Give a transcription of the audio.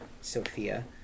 Sophia